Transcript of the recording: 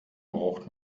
braucht